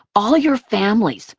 all your families,